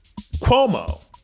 Cuomo